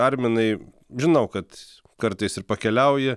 arminai žinau kad kartais ir pakeliauji